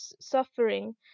suffering